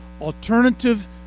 alternative